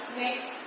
next